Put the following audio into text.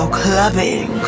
clubbing